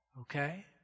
Okay